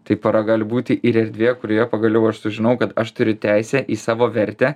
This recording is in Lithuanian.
tai pora gali būti ir erdvė kurioje pagaliau aš sužinau kad aš turiu teisę į savo vertę